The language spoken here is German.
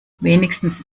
wenigstens